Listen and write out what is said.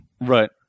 right